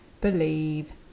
believe